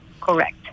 Correct